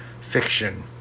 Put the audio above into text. fiction